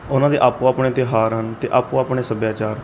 ਉਹਨਾਂ ਦੇ ਆਪੋ ਆਪਣੇ ਤਿਉਹਾਰ ਹਨ ਅਤੇ ਆਪੋ ਆਪਣੇ ਸੱਭਿਆਚਾਰ